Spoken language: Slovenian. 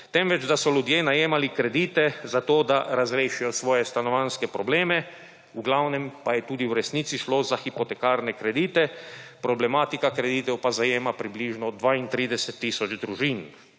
temveč da so ljudje najemali kredite zato, da razrešijo svoje stanovanjske probleme, v glavnem pa je tudi v resnici šlo za hipotekarne kredite, problematika kreditov pa zajema približno 32 tisoč družin.